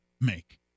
make